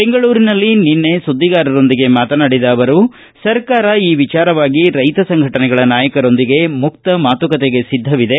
ಬೆಂಗಳೂರಿನಲ್ಲಿ ನಿನ್ನೆ ಸುದ್ದಿಗಾರರೊಂದಿಗೆ ಮಾತನಾಡಿದ ಅವರು ಸರ್ಕಾರ ಈ ವಿಚಾರವಾಗಿ ರೈತ ಸಂಘಟನೆಗಳ ನಾಯಕರೊಂದಿಗೆ ಮುಕ್ತ ಮಾತುಕತೆಗೆ ಸಿದ್ದವಿದೆ